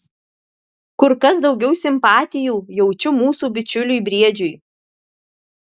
kur kas daugiau simpatijų jaučiu mūsų bičiuliui briedžiui